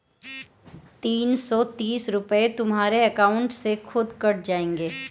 तीन सौ तीस रूपए तुम्हारे अकाउंट से खुद कट जाएंगे